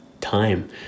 time